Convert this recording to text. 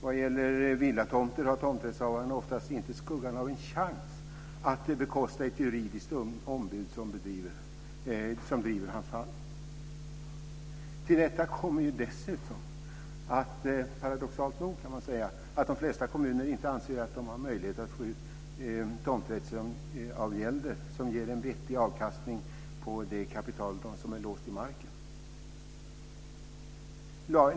Vad gäller villatomter har tomträttshavaren inte skuggan av en chans att bekosta ett juridiskt ombud som driver hans fall. Till detta kommer dessutom, paradoxalt nog, att de flesta kommuner inte anser att de har möjlighet att få ut tomträttsavgälder som ger en vettig avkastning på det kapital som är låst i marken.